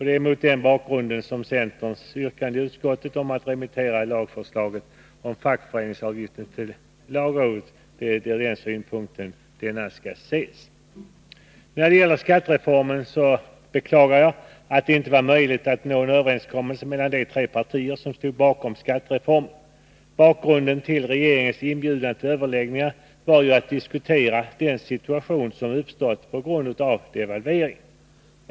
Det är mot denna bakgrund som centerns yrkande i utskottet om att remittera lagförslaget om avdrag för fackföreningsavgiften till lagrådet skall ses. Jag beklagar att det inte var möjligt att nå en överenskommelse mellan de tre partier som stod bakom skattereformen. Anledningen till regeringens inbjudan till överläggningar var att diskutera den situation som hade uppstått på grund av devalveringen.